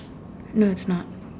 no it's not